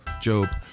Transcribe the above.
Job